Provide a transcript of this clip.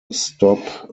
stop